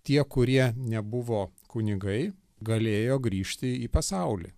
tie kurie nebuvo kunigai galėjo grįžti į pasaulį